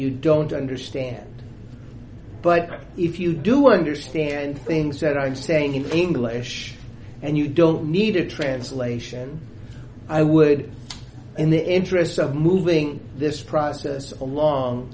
you don't understand but if you do understand things that i'm saying in english and you don't need a translation i would in the interest of moving this process along